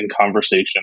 conversation